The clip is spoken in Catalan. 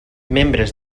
membres